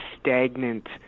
stagnant